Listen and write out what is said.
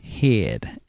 Head